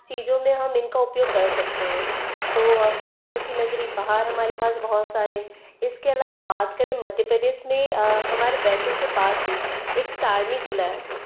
चीजों में हम इनका उपयोग कर सकते हैं तो पहाड़ों की नगरी पहाड़ हमारे पास बहुत सारे इसके अलावा बात करें मध्य प्रदेश में हमारे बैतूल के पास ही एक सारनी जिला है